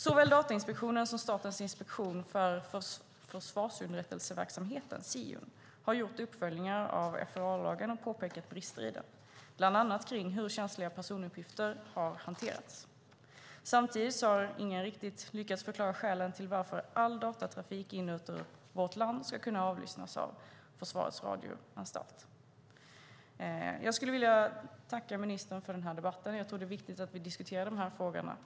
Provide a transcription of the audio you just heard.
Såväl Datainspektionen som Statens inspektion för försvarsunderrättelseverksamheten, Siun, har gjort uppföljningar av FRA-lagen och påpekat brister i den, bland annat när det gäller hur känsliga personuppgifter hanteras. Samtidigt har ingen riktigt lyckats förklara skälen till att all datatrafik in och ut ur vårt land ska kunna avlyssnas av Försvarets radioanstalt. Jag tackar ministern för debatten. Det är viktigt att vi diskuterar dessa frågor.